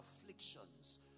afflictions